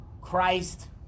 Christ